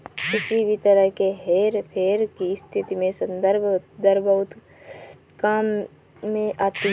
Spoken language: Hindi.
किसी भी तरह के हेरफेर की स्थिति में संदर्भ दर बहुत काम में आती है